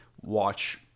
watch